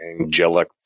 angelic